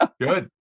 good